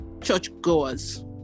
churchgoers